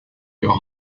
your